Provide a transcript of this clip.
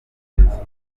bwongereza